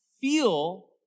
feel